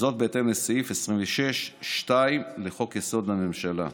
וזאת בהתאם לסעיף 26(2) לחוק-יסוד: הממשלה.